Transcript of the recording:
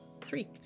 three